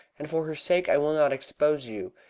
and for her sake i will not expose you.